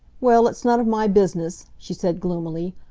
well, it's none of my business, she said gloomily.